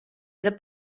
era